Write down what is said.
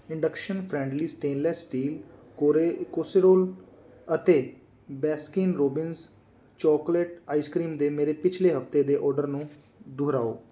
induction friendly stainless steel ਕੋਰੇ casserole ਅਤੇ Baskin Robbins chocolate ice cream ਦੇ ਮੇਰੇ ਪਿਛਲੇ ਹਫਤੇ ਦੇ ਆਰਡਰ ਨੂੰ ਦੁਹਰਾਓ